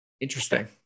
Interesting